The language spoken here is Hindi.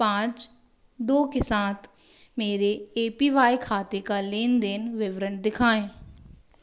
पाँच दो के साथ मेरे ए पी वाई खाते का लेन देन विवरण दिखाएँ